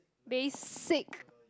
basic